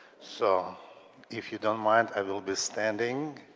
so if you don't mind, i will be standing.